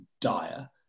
dire